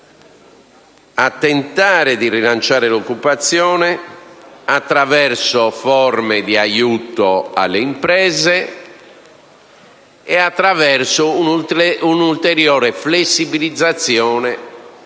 tentare di rilanciare l'occupazione attraverso forme di aiuto alle imprese e attraverso un'ulteriore flessibilizzazione